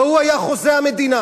והוא היה חוזה המדינה.